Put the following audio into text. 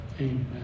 amen